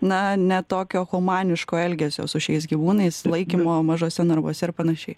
na ne tokio humaniško elgesio su šiais gyvūnais laikymo mažuose narvuose ar panašiai